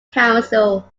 council